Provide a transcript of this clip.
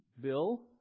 Bill